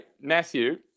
Matthew